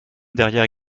derrière